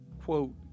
quote